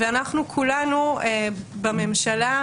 ואנחנו כולנו בממשלה,